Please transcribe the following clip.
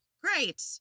Great